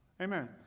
Amen